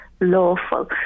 lawful